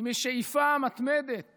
ומשאיפה מתמדת